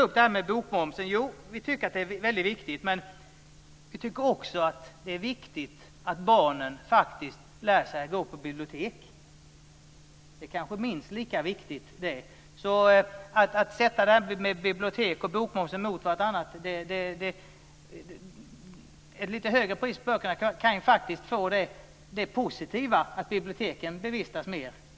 Bokmomsen är betydelsefull men det är också viktigt att barnen faktiskt lär sig att gå till biblioteket. Det är kanske minst lika viktigt. När det gäller detta med att sätta biblioteken och bokmomsen mot varandra vill jag bara säga att ett lite högre pris på böcker kan faktiskt föra det positiva med sig att biblioteken bevistas mer.